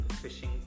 fishing